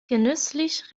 genüsslich